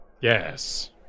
yes